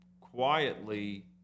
quietly